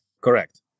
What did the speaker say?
Correct